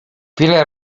wiele